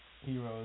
heroes